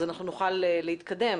אז אנחנו נוכל להתקדם,